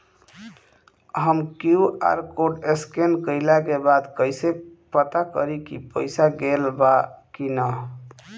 हम QR code scan कइला के बाद कइसे पता करि की पईसा गेल बा की न?